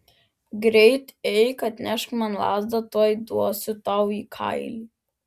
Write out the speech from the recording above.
greit eik atnešk man lazdą tuoj duosiu tau į kailį